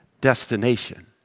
Destination